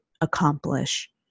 accomplish